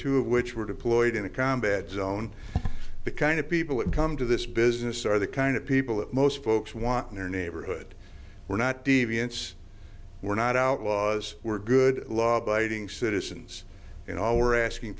two of which were deployed in a combat zone the kind of people that come to this business are the kind of people that most folks want in their neighborhood we're not deviants we're not outlaws we're good law abiding citizens and all we're asking